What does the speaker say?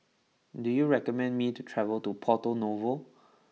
do you recommend me to travel to Porto Novo